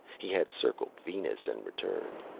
he had circled venus and returned.